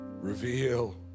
reveal